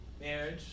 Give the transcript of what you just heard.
marriage